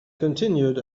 continued